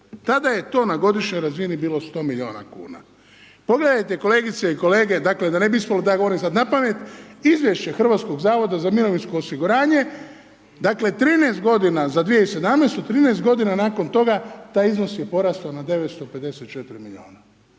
Tada je to na godišnjoj razini bilo 100 milijuna kuna. Pogledajte kolegice i kolege, dakle da ne bi ispalo da ja govorim sad napamet, izvješće HZMO-a, dakle 13 g. za 2017., 13 g. nakon toga taj iznos je porastao na 954 milijuna,